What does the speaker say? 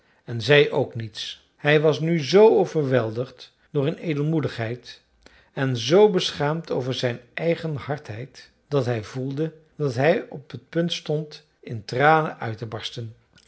en zei ook niets hij was nu z overweldigd door hun edelmoedigheid en z beschaamd over zijn eigen hardheid dat hij voelde dat hij op het punt stond in tranen uit te barsten